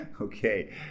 Okay